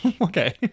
Okay